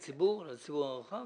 לציבור הרחב?